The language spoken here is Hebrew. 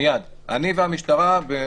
אני והמשטרה,